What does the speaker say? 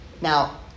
Now